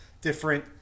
different